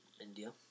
India